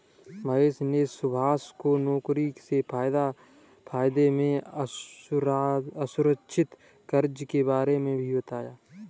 महेश ने सुभाष को नौकरी से फायदे में असुरक्षित कर्ज के बारे में भी बताया